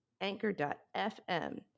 anchor.fm